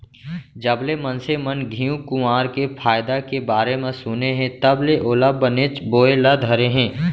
जबले मनसे मन घींव कुंवार के फायदा के बारे म सुने हें तब ले ओला बनेच बोए ल धरे हें